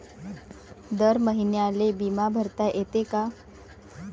दर महिन्याले बिमा भरता येते का?